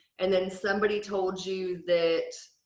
and then somebody told you that